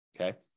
Okay